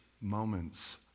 moments